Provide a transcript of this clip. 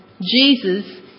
Jesus